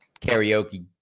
karaoke